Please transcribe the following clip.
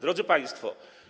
Drodzy Państwo!